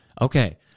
okay